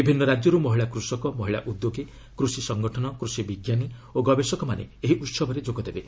ବିଭିନ୍ନ ରାଜ୍ୟରୁ ମହିଳା କୃଷକ ମହିଳା ଉଦ୍ୟୋଗୀ କୃଷି ସଙ୍ଗଠନ କୃଷି ବିଜ୍ଞାନୀ ଓ ଗବେଷକମାନେ ଏହି ଉତ୍ସବରେ ଯୋଗଦେବେ